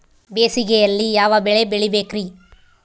ಬೇಸಿಗೆಯಲ್ಲಿ ಯಾವ ಬೆಳೆ ಬೆಳಿಬೇಕ್ರಿ?